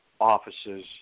offices